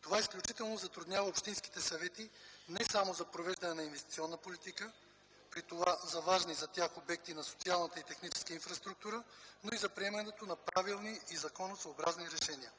Това изключително затруднява общинските съвети не само за провеждане на инвестиционна политика, при това за важни за тях обекти на социалната и техническата инфраструктура, но и за приемането на правилни законосъобразни решения.